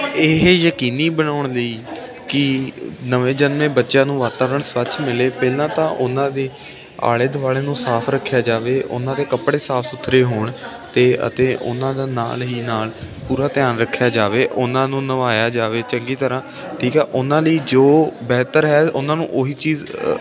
ਇਹ ਯਕੀਨੀ ਬਣਾਉਣ ਲਈ ਕਿ ਨਵੇਂ ਜਨਮੇ ਬੱਚਿਆਂ ਨੂੰ ਵਾਤਾਵਰਣ ਸਵੱਚ ਮਿਲੇ ਪਹਿਲਾਂ ਤਾਂ ਉਹਨਾਂ ਦੇ ਆਲੇ ਦੁਆਲੇ ਨੂੰ ਸਾਫ ਰੱਖਿਆ ਜਾਵੇ ਉਹਨਾਂ ਦੇ ਕੱਪੜੇ ਸਾਫ ਸੁਥਰੇ ਹੋਣ ਤੇ ਅਤੇ ਉਹਨਾਂ ਦਾ ਨਾਲ ਹੀ ਨਾਲ ਪੂਰਾ ਧਿਆਨ ਰੱਖਿਆ ਜਾਵੇ ਉਹਨਾਂ ਨੂੰ ਨਵਾਇਆ ਜਾਵੇ ਚੰਗੀ ਤਰ੍ਹਾਂ ਠੀਕ ਹੈ ਉਹਨਾਂ ਲਈ ਜੋ ਬਿਹਤਰ ਹੈ ਉਹਨਾਂ ਨੂੰ ਉਹੀ ਚੀਜ਼